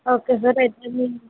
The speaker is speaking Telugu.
ఓకే రేపు